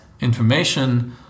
information